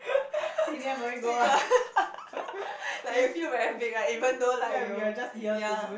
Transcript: you got like you feel very big right even though like you ya